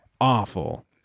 awful